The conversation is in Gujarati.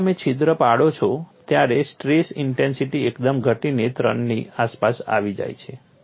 જ્યારે તમે છિદ્ર પાડો છો ત્યારે સ્ટ્રેસ ઇન્ટેન્સિટી એકદમ ઘટીને 3 ની આસપાસ આવી જાય છે